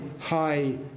high